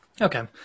Okay